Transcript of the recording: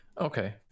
Okay